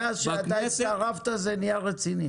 מאז שאתה הצטרפת זה נהיה רציני.